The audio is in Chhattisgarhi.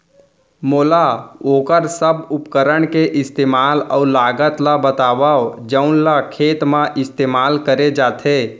मोला वोकर सब उपकरण के इस्तेमाल अऊ लागत ल बतावव जउन ल खेत म इस्तेमाल करे जाथे?